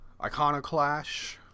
Iconoclash